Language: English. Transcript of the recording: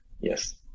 yes